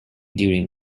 during